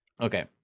Okay